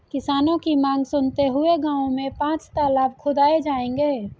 किसानों की मांग सुनते हुए गांव में पांच तलाब खुदाऐ जाएंगे